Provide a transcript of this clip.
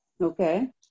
Okay